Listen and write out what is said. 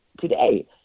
today